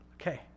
Okay